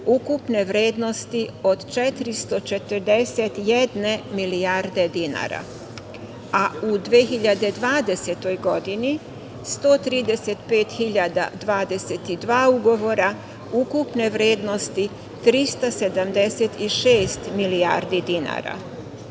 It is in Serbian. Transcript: ukupne vrednosti od 441 milijarde dinara, a u 2020. godini 135.022 ugovora ukupne vrednosti 376 milijardi dinara. Učešće